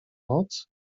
noc